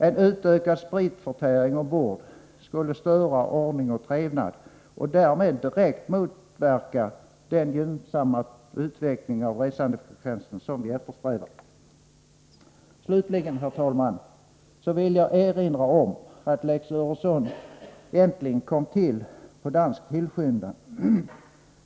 En utökad spritförtäring ombord skulle störa ordning och trevnad och därmed direkt motverka den gynnsamma utveckling av resandefrekvensen som vi eftersträvar. Slutligen, herr talman, vill jag erinra om att lex Öresund egentligen tillkom på dansk tillskyndan.